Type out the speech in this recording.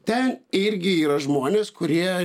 ten irgi yra žmonės kurie